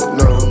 no